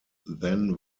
then